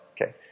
Okay